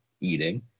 eating